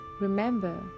remember